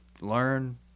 learn